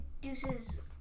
deuces